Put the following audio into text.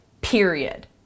period